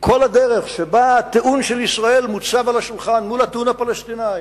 כל הדרך שבה הטיעון של ישראל מוצב על השולחן מול הטיעון הפלסטיני,